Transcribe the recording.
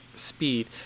speed